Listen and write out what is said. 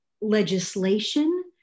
legislation